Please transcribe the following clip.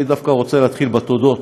אני דווקא רוצה להתחיל בתודות,